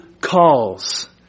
calls